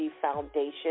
Foundation